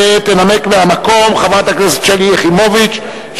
שתנמק מהמקום חברת הכנסת שלי יחימוביץ,